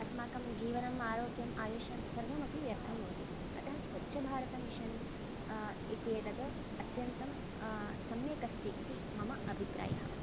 अस्माकं जीवनम् आरोग्यम् आयुषं सर्वमपि व्यर्थं भवति अतः स्वच्छभारत मिशन् इत्येतत् अत्यन्तं सम्यक् अस्ति इति मम अभिप्रायः